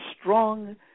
strong